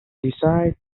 desired